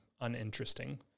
uninteresting